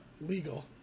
legal